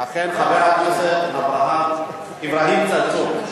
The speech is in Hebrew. אכן, חבר הכנסת אברהם, אברהים צרצור.